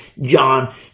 John